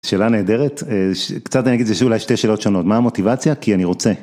שאלה נהדרת, קצת אני אגיד שוב אולי שתי שאלות שונות, מה המוטיבציה? כי אני רוצה.